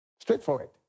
Straightforward